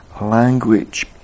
language